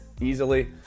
easily